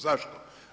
Zašto?